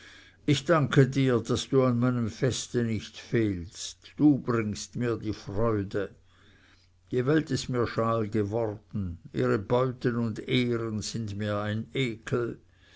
ich danke dir daß du an meinem feste nicht fehlst du bringst mir die freude die welt ist mir schal geworden ihre beuten und ehren sind mir ein ekel